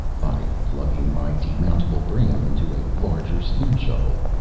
by plugging my demountable brain into a larger steam-shovel,